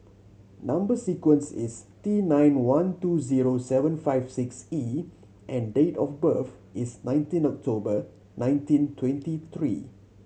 number sequence is T nine one two zero seven five six E and date of birth is nineteen October nineteen twenty three